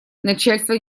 начальство